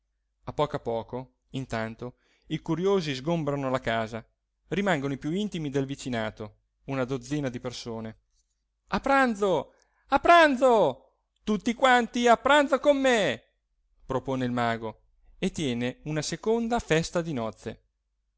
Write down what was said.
a poco a poco intanto i curiosi sgombrano la casa rimangono i più intimi del vicinato una dozzina di persone a pranzo a pranzo tutti quanti a pranzo con me propone il mago e tiene una seconda festa di nozze